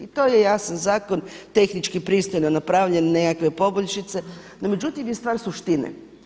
To je jasan zakon, tehnički pristojno napravljen nekakve poboljšice, no međutim je stvar suštine.